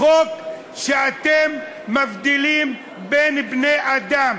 חוק שבו אתם מבדילים בין בני-אדם.